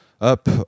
up